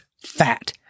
fat